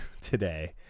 today